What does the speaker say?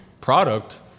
product